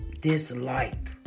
dislike